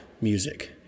music